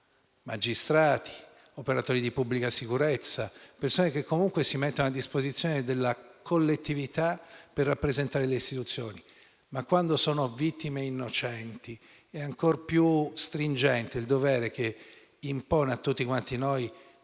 magistrati, gli operatori di pubblica sicurezza, le persone che comunque si mettono a disposizione della collettività per rappresentare le istituzioni. Quando però ci sono vittime innocenti, è ancor più stringente il dovere che impone a tutti noi di